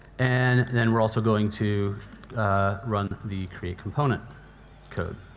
and then we are also going to run the create component code.